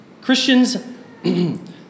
Christians